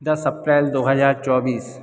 दस अप्रैल दो हज़ार चौबीस